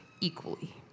equally